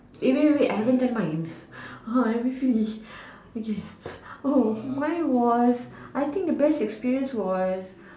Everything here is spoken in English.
eh wait wait wait I haven't tell mine I haven't finish okay oh mine was I think the best experience was